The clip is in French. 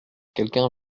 quelqu’un